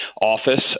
office